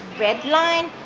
red line,